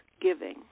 giving